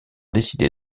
décidé